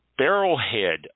Barrelhead